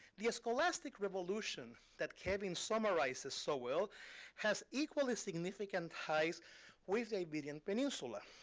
the scholastic revolution that kevin summarizes so well has equally significant ties with the iberian peninsula,